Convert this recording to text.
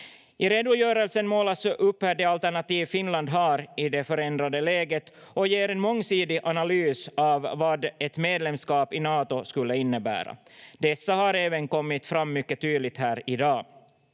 Redogörelsen målar upp de alternativ Finland har i det förändrade läget och ger en mångsidig analys av vad ett medlemskap i Nato skulle innebära. Dessa har även kommit fram mycket tydligt här i dag.